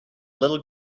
little